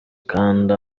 kanda